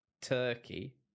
turkey